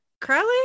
Crowley